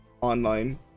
online